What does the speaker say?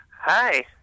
Hi